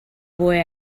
boy